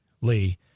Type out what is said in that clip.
Lee